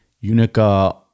Unica